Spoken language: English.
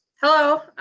hello,